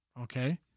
Okay